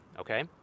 okay